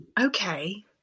okay